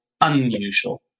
unusual